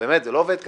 זה לא עובד ככה.